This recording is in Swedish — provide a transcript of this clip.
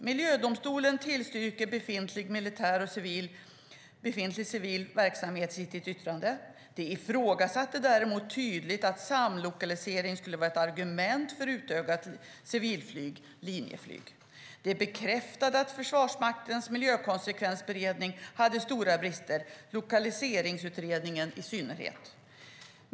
Miljödomstolen tillstyrkte befintlig militär och befintlig civil verksamhet i sitt yttrande. De ifrågasatte däremot tydligt att samlokalisering skulle vara ett argument för utökat civilt linjeflyg. De bekräftade att Försvarsmaktens miljökonsekvensberedning hade stora brister, lokaliseringsutredningen i synnerhet.